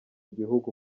gihugu